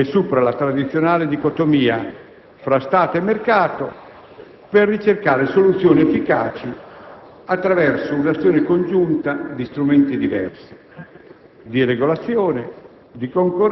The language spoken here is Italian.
È una scelta, quindi, che supera la tradizionale dicotomia tra Stato e mercato per ricercare soluzioni efficaci attraverso un'azione congiunta di strumenti diversi,